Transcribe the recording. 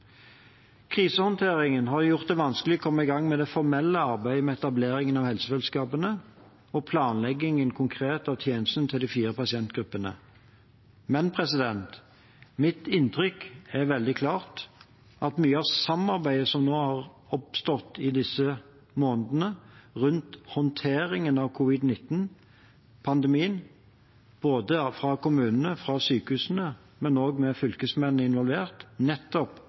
Krisehåndteringen har gjort det vanskelig å komme i gang med det formelle arbeidet med etableringen av helsefellesskapene og den konkrete planleggingen av tjenestene til de fire pasientgruppene, men mitt inntrykk er veldig klart: at mye av samarbeidet som har oppstått i disse månedene rundt håndteringen av covid-19-pandemien, både fra kommunene, fra sykehusene og med fylkesmennene involvert, nettopp